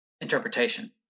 interpretation